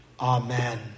Amen